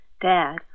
Dad